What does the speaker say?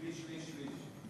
שליש, שליש, שליש.